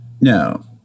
No